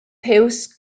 piws